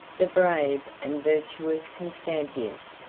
the brave and virtuous constantius,